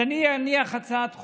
אז אניח הצעת חוק,